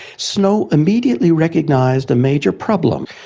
snow immediately recognised a major problem.